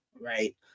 right